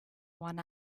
one